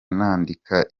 nandika